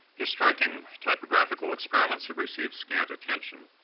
his striking typographical experiments have received scant attention,